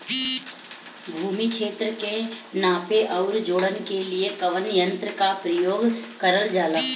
भूमि क्षेत्र के नापे आउर जोड़ने के लिए कवन तंत्र का प्रयोग करल जा ला?